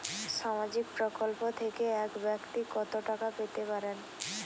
সামাজিক প্রকল্প থেকে এক ব্যাক্তি কত টাকা পেতে পারেন?